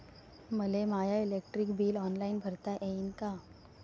मले my electric bill online भरता येईन का?